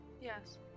yes